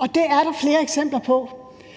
og det er der flere eksempler på.